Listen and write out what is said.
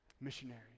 Missionaries